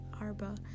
Arba